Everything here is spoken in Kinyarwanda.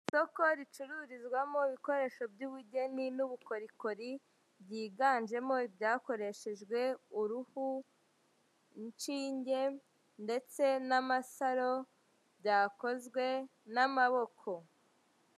Isoko ricururizwamo ibikoresho by'ubugeni n'ubukorikori, byiganjemo ibyakoreshejwe uruhu, inshinge ndetse n'amasaro, byakozwe n'amaboko.